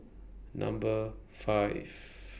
Number five